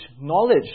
knowledge